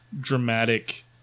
dramatic